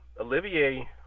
Olivier